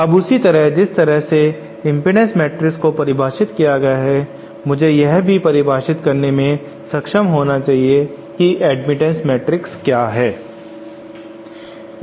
अब उसी तरह जिस तरह से इम्पीडेन्स मैट्रिक्स को परिभाषित किया गया था मुझे यह भी परिभाषित करने में सक्षम होना चाहिए कि मैं एडमिटन्स मैट्रिक्स को क्या कहता हूं